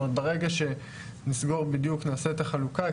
ברגע שנעשה את החלוקה,